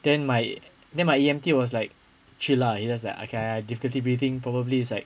then my then my E_M_T was like chill lah yes ah okay difficulty breathing probably it's like